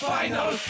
final